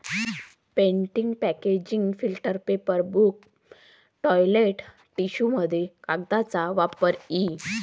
printing packaging filter paper book toilet टिश्यूमध्ये कागदाचा वापर इ